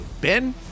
Ben